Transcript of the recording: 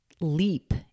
leap